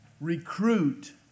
recruit